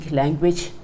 language